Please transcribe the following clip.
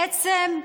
בעצם,